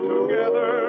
together